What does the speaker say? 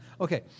Okay